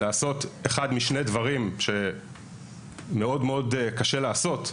אנחנו צריכים לעשות אחד משני דברים שמאוד מאוד קשה לעשות,